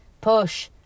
push